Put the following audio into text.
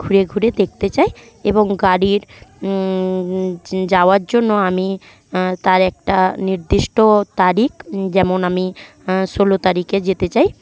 ঘুরে ঘুরে দেখতে চাই এবং গাড়ির যাওয়ার জন্য আমি তার একটা নির্দিষ্ট তারিখ যেমন আমি ষোলো তারিখে যেতে চাই